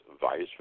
vice